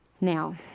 Now